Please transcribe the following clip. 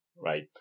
right